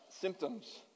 symptoms